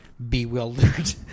Bewildered